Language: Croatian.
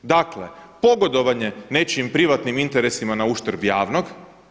Dakle, pogodovanje nečijim privatnim interesima na uštrb javnog.